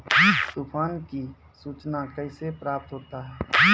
तुफान की सुचना कैसे प्राप्त होता हैं?